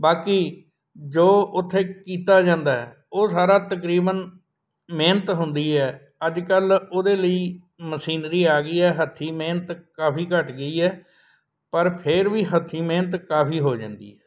ਬਾਕੀ ਜੋ ਉੱਥੇ ਕੀਤਾ ਜਾਂਦਾ ਉਹ ਸਾਰਾ ਤਕਰੀਬਨ ਮਿਹਨਤ ਹੁੰਦੀ ਹੈ ਅੱਜ ਕੱਲ੍ਹ ਉਹਦੇ ਲਈ ਮਸ਼ੀਨਰੀ ਆ ਗਈ ਹੈ ਹੱਥੀਂ ਮਿਹਨਤ ਕਾਫੀ ਘੱਟ ਗਈ ਹੈ ਪਰ ਫਿਰ ਵੀ ਹੱਥੀਂ ਮਿਹਨਤ ਕਾਫੀ ਹੋ ਜਾਂਦੀ